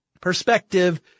perspective